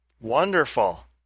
Wonderful